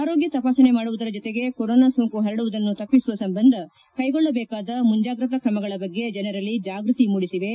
ಆರೋಗ್ನ ತಪಾಸಣೆ ಮಾಡುವುದರ ಜತೆಗೆ ಕೊರೊನಾ ಸೋಂಕು ಪರಡುವುದನ್ನು ತಪ್ಪಿಸುವ ಸಂಬಂಧ ಕ್ಕೆಗೊಳ್ಳಬೇಕಾದ ಮುಂಜಾಗ್ರತಾ ಕ್ರಮಗಳ ಬಗ್ಗೆ ಜನರಲ್ಲಿ ಜಾಗ್ಟತಿ ಮೂಡಿಸಿವೆ